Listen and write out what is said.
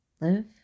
Live